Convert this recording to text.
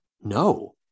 no